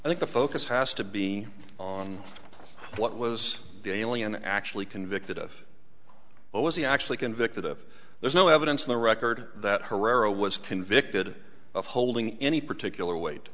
i think the focus has to be on what was the alien actually convicted of what was he actually convicted of there is no evidence in the record that herrera was convicted of holding any particular weight